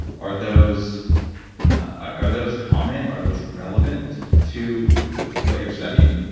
are those are those common? are those relevant to what you're studying?